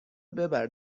ببر